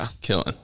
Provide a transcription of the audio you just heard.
killing